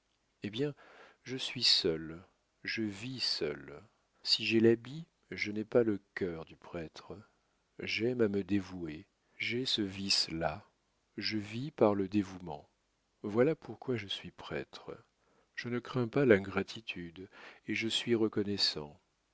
eh bien je suis seul je vis seul si j'ai l'habit je n'ai pas le cœur du prêtre j'aime à me dévouer j'ai ce vice là je vis par le dévouement voilà pourquoi je suis prêtre je ne crains pas l'ingratitude et je suis reconnaissant